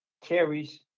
carries